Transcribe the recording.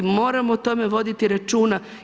Moramo o tome voditi računa.